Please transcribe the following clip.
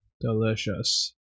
Delicious